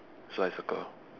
so I circle